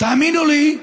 תאמינו לי,